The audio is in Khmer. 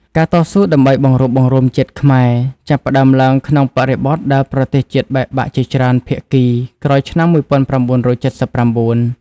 ការតស៊ូដើម្បីបង្រួបបង្រួមជាតិខ្មែរ ចាប់ផ្តើមឡើងក្នុងបរិបទដែលប្រទេសជាតិបែកបាក់ជាច្រើនភាគីក្រោយឆ្នាំ ១៩៧៩។